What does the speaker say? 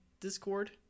Discord